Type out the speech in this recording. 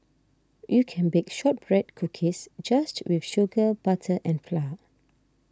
you can bake Shortbread Cookies just with sugar butter and flour